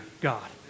God